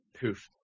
Poof